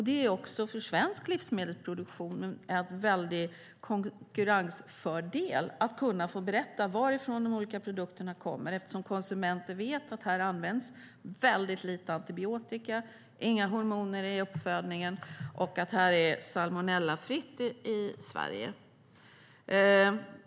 Det är också för svensk livsmedelsproduktion en väldig konkurrensfördel att kunna berätta varifrån de olika produkterna kommer eftersom konsumenter vet att väldigt lite antibiotika och inga hormoner används i uppfödningen och att det är salmonellafritt här i Sverige.